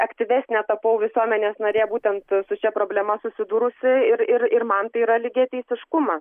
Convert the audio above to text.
aktyvesnė tapau visuomenės narė būtent su šia problema susidūrusi ir ir ir man tai yra lygiateisiškuma